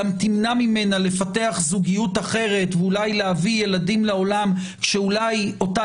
גם תמנע ממנה לפתח זוגיות אחרת ואולי להביא ילדים לעולם שאולי אותה